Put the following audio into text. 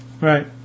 right